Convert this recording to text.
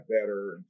better